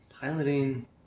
piloting